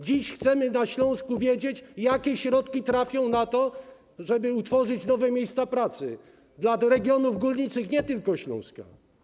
Dziś chcemy na Śląsku wiedzieć, jakie środki trafią na to, żeby utworzyć nowe miejsca pracy w regionach górniczych, nie tylko Śląska.